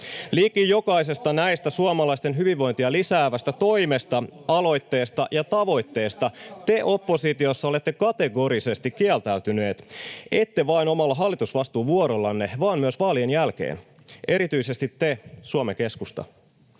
Liki jokaisesta näistä suomalaisten hyvinvointia lisäävästä toimesta, aloitteesta ja tavoitteesta te oppositiossa olette kategorisesti kieltäytyneet, ette vain omalla hallitusvastuun vuorollanne vaan myös vaalien jälkeen. Erityisesti te, Suomen Keskusta,